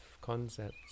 concepts